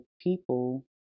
people